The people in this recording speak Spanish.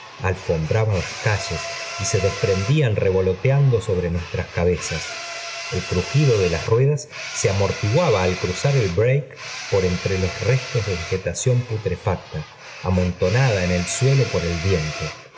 amarillentas alfombraban las calles y se desprendían revoloteando sobre nuestras cabezas el cru jído de las ruedas se amortiguaba al cruzar el break por entre los restos do vegetación putrefacta amontonada en el suelo por el viento